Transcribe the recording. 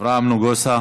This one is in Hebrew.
אברהם נגוסה,